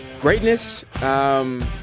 greatness